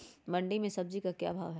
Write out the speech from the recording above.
मंडी में सब्जी का क्या भाव हैँ?